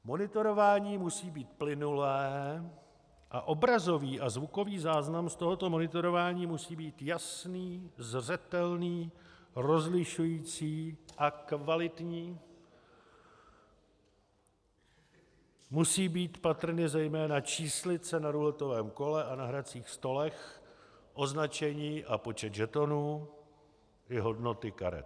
Monitorování musí být plynulé a obrazový a zvukový záznam z tohoto monitorování musí být jasný, zřetelný, rozlišující a kvalitní, musí být patrny zejména číslice na ruletovém kole a na hracích stolech, označení a počet žetonů i hodnoty karet.